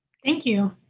thank you.